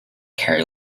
kerry